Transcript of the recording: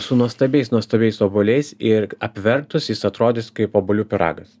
su nuostabiais nuostabiais obuoliais ir apvertus jis atrodys kaip obuolių pyragas